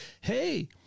hey